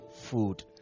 food